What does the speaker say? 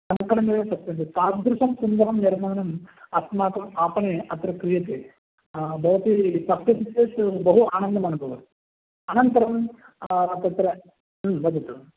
कङ्कणमेव पश्यन्ति तादृशं सुन्दरं निर्माणम् अस्माकम् आपणे अत्र क्रियते भवती पश्यति चेत् बहु आनन्दमनुभवति अनन्तरम् तत्र वदतु